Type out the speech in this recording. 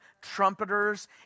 trumpeters